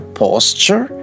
posture